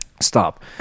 Stop